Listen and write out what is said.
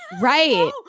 Right